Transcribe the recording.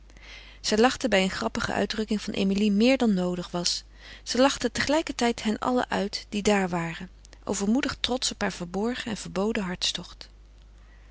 zij lachte bij een grappige uitdrukking van emilie meer dan noodig was ze lachte tegelijkertijd hen allen uit die daar waren overmoedig trotsch op haar verborgen en verboden hartstocht